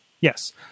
Yes